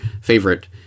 favorite